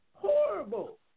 Horrible